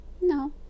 No